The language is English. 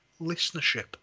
listenership